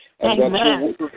Amen